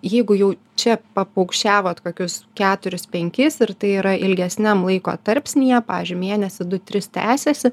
jeigu jau čia papaukščiavot kokius keturius penkis ir tai yra ilgesniam laiko tarpsnyje pavyzdžiui mėnesį du tris tęsiasi